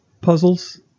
puzzles